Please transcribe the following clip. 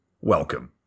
welcome